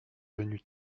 venu